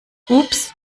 ups